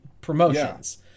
promotions